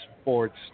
sports